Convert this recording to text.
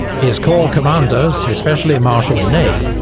his corps commanders, especially marshal ney,